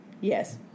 Yes